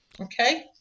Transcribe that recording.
okay